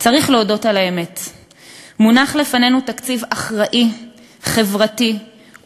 זהו תקציב שרואה את הילדים שלנו,